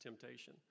temptation